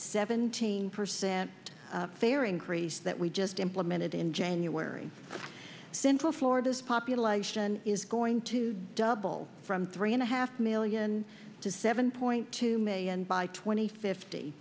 seventeen percent fare increase that we just implemented in january central florida's population is going to double from three and a half million to seven point two million by twenty fifty